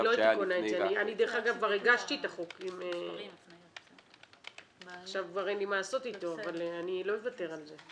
אני כבר הגשתי את החוק, אבל אני לא אוותר על זה.